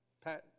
Pat